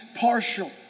partial